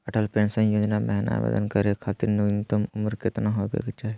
Atal pension योजना महिना आवेदन करै खातिर न्युनतम उम्र केतना होवे चाही?